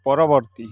ପରବର୍ତ୍ତୀ